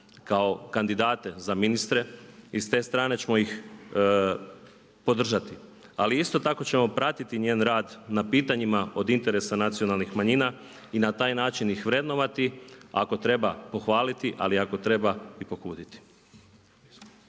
kao kandidate za ministre i s te strane ćemo ih podržati. Ali isto tako ćemo pratiti njen rad na pitanjima od interesa nacionalnih manjina i na taj način ih vrednovati, ako treba pohvaliti ali ako treba i pokuditi.